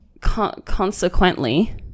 consequently